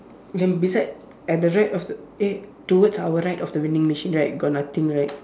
then beside at the right of eh towards our right of the vending machine right got nothing right